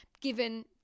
given